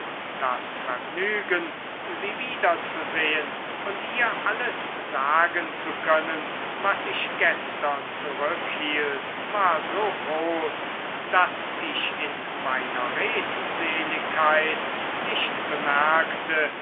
das vergnügen sie wiederzusehen und ihr alles sagen zu können was ich gestern zurückhielt war so groß daß ich in meiner redseligkeit nicht bemerkte